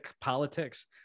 politics